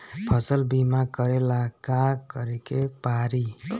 फसल बिमा करेला का करेके पारी?